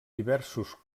diversos